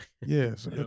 yes